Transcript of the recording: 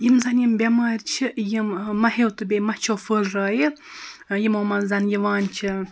یِم زَنہٕ یِم بٮ۪مارِ چھِ یِم مَہیٚو تہِ بیٚیہِ مَچھو پھلرایہِ یِمَو منٛز زَنہٕ یِوان چھِ